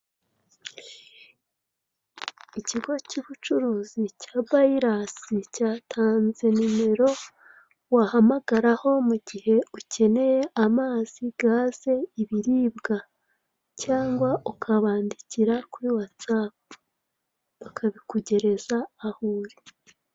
Ikigo cy'ubucuruzi cya bayirasi cyatanze nimero wahamagaraho mu gihe ucyeneye amazi, gaze, ibiribwa, cyangwa ukabandikira kuri watsapu bakabikugereza aho uri.